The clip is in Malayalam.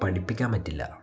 പഠിപ്പിക്കാൻ പറ്റില്ല